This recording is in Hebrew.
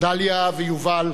דליה ויובל,